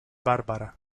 bárbara